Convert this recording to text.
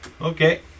Okay